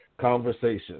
conversation